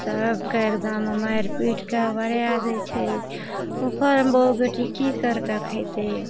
सबके एकदम मारि पीटके बढ़ा दै छै ओकर बहु बेटी की करिकऽ खेतय